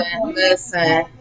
listen